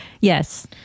Yes